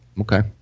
Okay